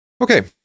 Okay